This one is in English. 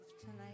tonight